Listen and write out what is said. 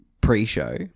pre-show